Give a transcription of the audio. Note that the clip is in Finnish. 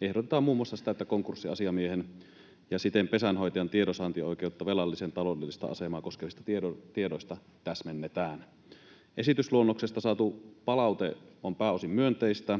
ehdotetaan muun muassa sitä, että konkurssiasiamiehen ja siten pesänhoitajan tiedonsaantioikeutta velallisen taloudellista asemaa koskevista tiedoista täsmennetään. Esitysluonnoksesta saatu palaute on pääosin myönteistä.